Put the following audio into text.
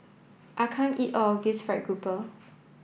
I can't eat all of this fried grouper